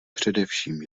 především